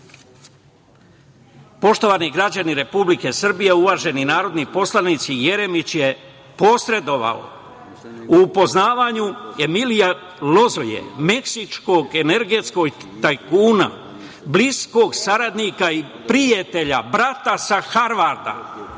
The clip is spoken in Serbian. lopova. Poštovani građani Republike Srbije, uvaženi narodni poslanici Jeremić je posredovao u upoznavanju Emilija Lozoje, meksičkog energetskog tajkuna, bliskog saradnika i prijatelja, brata sa Harvarda,